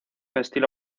estilo